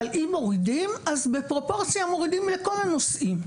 אבל אם מורידים מורידים בפרופורציה לכל הנושאים.